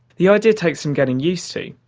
the idea takes some getting used to.